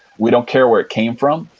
we don't care where it came from.